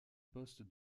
poste